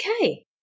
okay